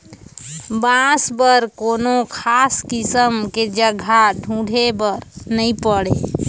बांस बर कोनो खास किसम के जघा ढूंढे बर नई पड़े